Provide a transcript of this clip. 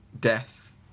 death